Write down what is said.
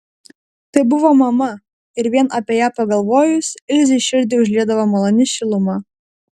tai buvo mama ir vien apie ją pagalvojus ilzei širdį užliedavo maloni šiluma